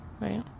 Right